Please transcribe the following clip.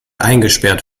eingesperrt